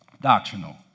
doctrinal